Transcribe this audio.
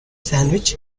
sandwich